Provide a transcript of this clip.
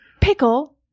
Pickle